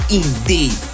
indeed